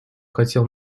хотел